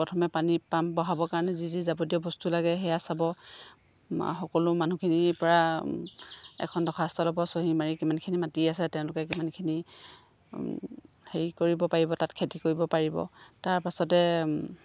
প্ৰথমে পানীৰ পাম্প বহাবৰ কাৰণে যি যি যাৱতীয় বস্তু লাগে সেয়া চাব সকলো মানুহখিনিৰ পৰা এখন দৰ্খাস্ত ল'ব চহী মাৰি কিমানখিনি মাটি আছে তেওঁলোকে কিমানখিনি হেৰি কৰিব পাৰিব তাত খেতি কৰিব পাৰিব তাৰপাছতে